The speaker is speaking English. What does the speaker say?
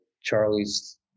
charlie's